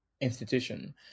institution